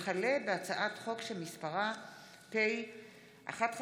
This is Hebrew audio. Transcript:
הצעת חוק הביטוח הלאומי (תיקון,